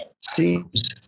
Seems